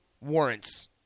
warrants